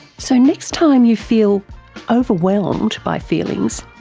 so next time you feel overwhelmed by feelings,